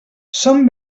són